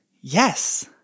Yes